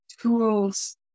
tools